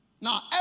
Now